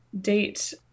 date